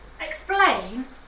explain